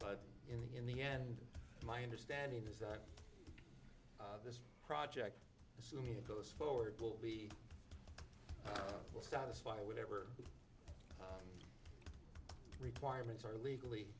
but in the in the end my understanding is that this project assuming it goes forward will be will satisfy whatever requirements are legally